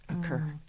occur